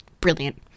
Brilliant